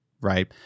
right